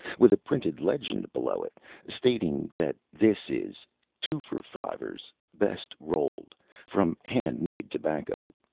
with a printed legend below it stating that this is tooforfivers best, rolled from hand-made tobacco,